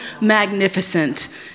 magnificent